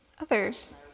Others